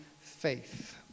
Faith